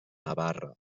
navarra